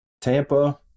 tampa